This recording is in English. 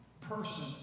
person